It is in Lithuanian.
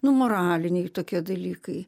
nu moraliniai tokie dalykai